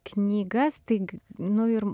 knygas taigi nu ir